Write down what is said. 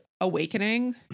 awakening